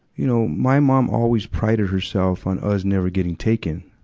you know, my mom always prided herself on us never getting taken.